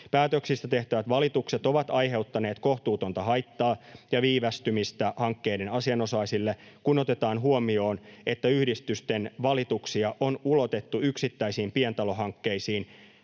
Päätöksistä tehtävät valitukset ovat aiheuttaneet kohtuutonta haittaa ja viivästymistä hankkeiden asianosaisille, kun otetaan huomioon, että yhdistysten valituksia on ulotettu yksittäisiin pientalohankkeisiin